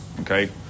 okay